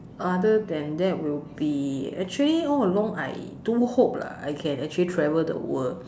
other than that will be actually all along I do hope lah I can actually travel the world